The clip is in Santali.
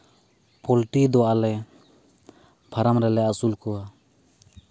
ᱯᱳᱞᱴᱤ ᱫᱚ ᱟᱞᱮ ᱯᱷᱟᱨᱟᱢ ᱨᱮᱞᱮ ᱟᱹᱥᱩᱞ ᱠᱚᱣᱟ